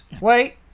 Wait